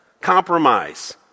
compromise